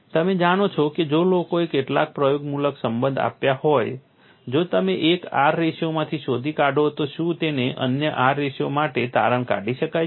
તમે જાણો છો કે જો લોકોએ કેટલાક પ્રયોગમૂલક સંબંધ આપ્યા હોય જો તમે એક R રેશિયોમાંથી શોધી કાઢો તો શું તેને અન્ય R રેશિયો માટે તારણ કાઢી શકાય છે